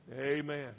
Amen